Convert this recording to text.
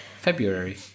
February